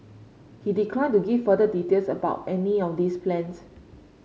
he declined to give further details about any of these plans